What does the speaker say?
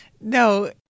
No